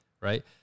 Right